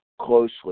closely